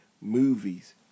movies